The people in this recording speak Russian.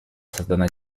создана